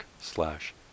slash